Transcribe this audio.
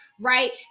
right